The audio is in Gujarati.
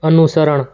અનુસરણ